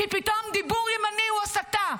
כי פתאום דיבור ימני הוא הסתה.